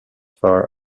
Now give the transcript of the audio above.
far